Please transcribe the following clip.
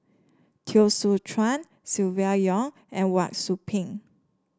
Teo Soon Chuan Silvia Yong and Wang Sui Pink